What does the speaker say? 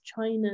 China